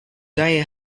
die